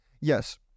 yes